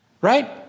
Right